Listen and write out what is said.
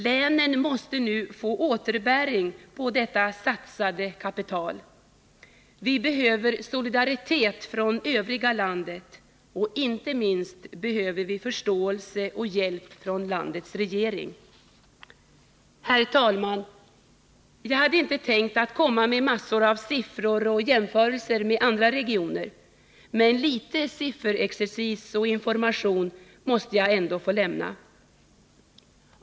Länen måste nu få återbäring på detta satsade kapital. Vi behöver solidaritet från övriga landet, och inte minst behöver vi förståelse och hjälp från landets regering. Herr talman! Jag hade inte tänkt föra fram massor av siffror och jämförelser med andra regioner — men litet sifferexercis och information måste jag ändå få komma med.